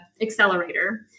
accelerator